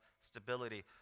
stability